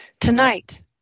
Tonight